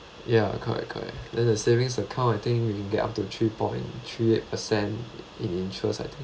ya correct correct then the savings account I think we get up to three point three percent in interest I think